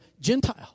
gentile